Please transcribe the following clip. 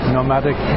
Nomadic